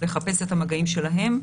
לחפש את המגעים שלהם.